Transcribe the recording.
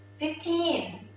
fifteen.